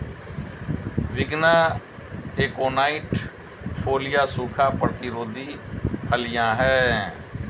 विग्ना एकोनाइट फोलिया सूखा प्रतिरोधी फलियां हैं